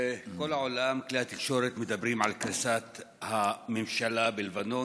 בכל העולם כלי התקשורת מדברים על קריסת הממשלה בלבנון,